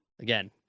again